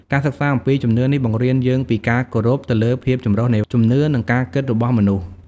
ការសិក្សាអំពីជំនឿនេះបង្រៀនយើងពីការគោរពទៅលើភាពចម្រុះនៃជំនឿ និងការគិតរបស់មនុស្ស។